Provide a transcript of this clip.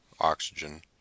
oxygen